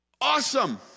Awesome